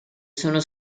sono